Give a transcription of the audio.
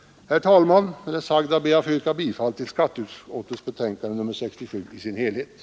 Med det sagda ber jag att få yrka bifall till skatteutskottets hemställan i dess helhet i betänkande nr 67.